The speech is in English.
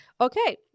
Okay